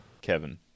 Kevin